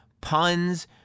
puns